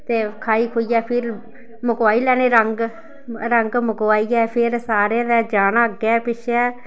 ते खाई खूइयै फिर मकवाई लैने रंग रंग मकवाइयै फिर सारें दे जाना अग्गें पिच्छें